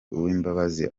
uwimbabazi